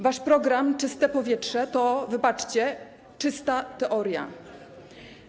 Wasz program „Czyste powietrze” to - wybaczcie - czysta teoria.